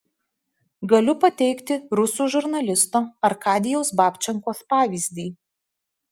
galiu pateikti rusų žurnalisto arkadijaus babčenkos pavyzdį